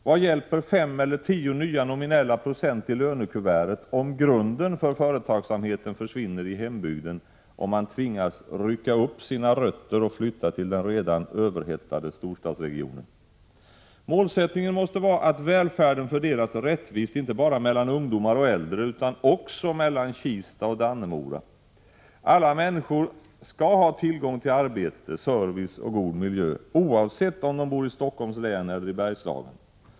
Vad gäller 5 eller 10 nya nominella procent i lönekuvertet, om grunden för företagsamheten försvinner i hembygden och man tvingas rycka upp sina rötter och flytta till den redan överhettade storstadsregionen? Målsättningen måste vara att välfärden fördelas rättvist inte bara mellan ungdomar och äldre utan också mellan Kista och Dannemora. Alla människor skall ha tillgång till arbete, service och god miljö, oavsett om de bori Stockholms län eller i Bergslagen.